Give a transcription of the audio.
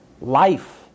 Life